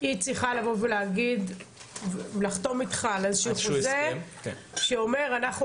היא צריכה לחתום איתך על איזשהו הסכם שאומר: אנחנו